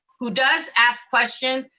who does ask questions.